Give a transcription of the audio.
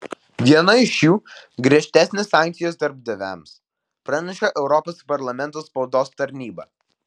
viena iš jų griežtesnės sankcijos darbdaviams praneša europos parlamento spaudos tarnyba